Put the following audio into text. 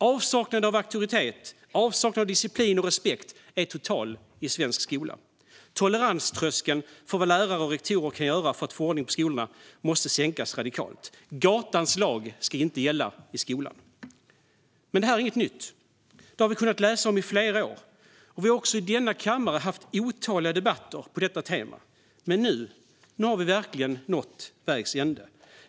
Avsaknaden av auktoritet, disciplin och respekt är total i svensk skola. Toleranströskeln för vad lärare och rektorer kan göra för att få ordning på skolorna måste sänkas radikalt. Gatans lag ska inte gälla i skolan. Detta är inget nytt. Vi har kunnat läsa om det i flera år, och i denna kammare har vi haft otaliga debatter på detta tema. Men nu har vi verkligen nått vägs ände.